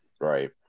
Right